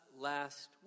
last